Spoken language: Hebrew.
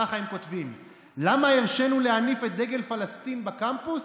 ככה הם כותבים: "למה הרשינו להניף את דגל פלסטין בקמפוס?